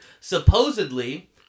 Supposedly